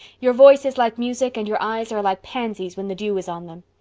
your voice is like music and your eyes are like pansies when the dew is on them.